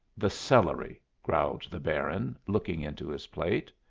the celery, growled the baron, looking into his plate.